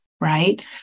right